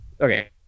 Okay